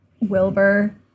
Wilbur